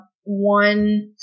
one